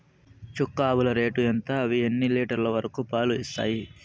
చుక్క ఆవుల రేటు ఎంత? అవి ఎన్ని లీటర్లు వరకు పాలు ఇస్తాయి?